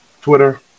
Twitter